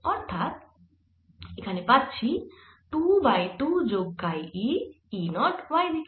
অর্থাৎ এখানে পাচ্ছি 2 বাই 2 যোগ কাই e E 0 y দিকে